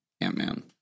Ant-Man